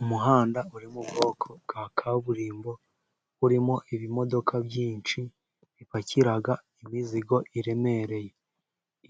Umuhanda uri mu bwoko bwa kaburimbo, urimo ibimodoka byinshi bipakira imizigo iremereye,